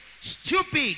Stupid